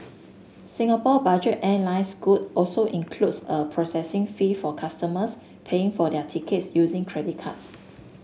Singapore budget airline scoot also includes a processing fee for customers paying for their tickets using credit cards